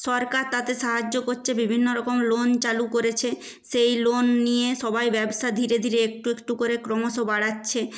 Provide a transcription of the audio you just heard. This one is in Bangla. সরকার তাতে সাহায্য কচ্ছে বিভিন্ন রকম লোন চালু করেছে সেই লোন নিয়ে সবাই ব্যবসা ধীরে ধীরে একটু একটু করে ক্রমশ বাড়াচ্ছে